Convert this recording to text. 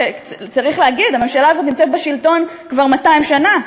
וצריך להגיד: הממשלה הזאת נמצאת בשלטון כבר 200 שנה,